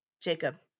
Jacob